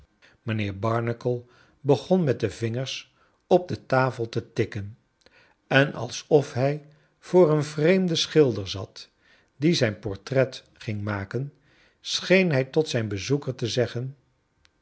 mijnheer barnacle begon met de vingers op de tafel te tikken en alsof hij voor een vreemden scliilder zat die zijn portret ging maken scheen hij tot zijn bezoeker te zeggen